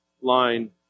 line